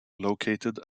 located